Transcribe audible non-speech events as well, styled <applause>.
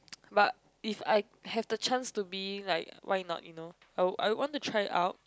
<noise> but if I have the chance to be like why not you know I'll I'll want to try it out